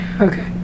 Okay